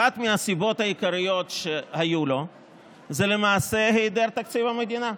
אחת הסיבות העיקריות שהיו לו זה למעשה היעדר תקציב מדינה.